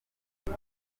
ibi